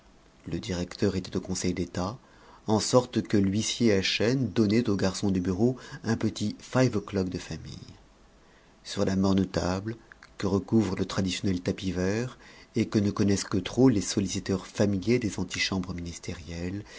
le directeur était au conseil d'état en sorte que l'huissier à chaîne donnait aux garçons de bureau un petit five o'clock de famille sur la morne table que recouvre le traditionnel tapis vert et que ne connaissent que trop les solliciteurs familiers des antichambres ministérielles